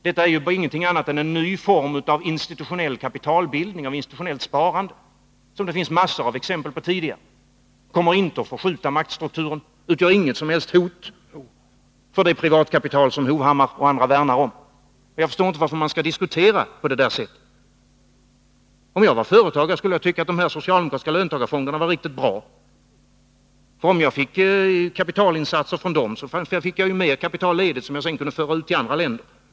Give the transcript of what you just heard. Detta är inget annat än en ny form av institutionell kapitalbildning, institutionellt sparande, som det finns en mängd exempel på tidigare. Fonderna kommer inte att förskjuta maktstrukturen, de utgör inget som helst hot mot det privatkapital som Erik Hovhammar och andra värnar om. Jag förstår inte varför man skall diskutera på detta sätt. Om jag vore företagare skulle jag tycka att de socialdemokratiska löntagarfonderna var riktigt bra. Om jag fick kapitalinsatser från dem skulle jag ju få mer kapital ledigt, som jag sedan skulle kunna föra ut till andra länder.